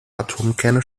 atomkerne